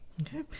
Okay